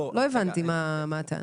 לא הבנתי מה הטענה.